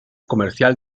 comercial